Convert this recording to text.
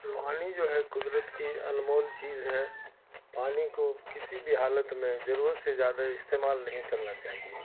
پانی جو ہے قدرت کی انمول چیز ہے پانی کو کسی بھی حالت میں ضرورت سے زیادہ استعمال نہیں کرنا چاہیے